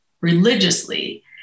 religiously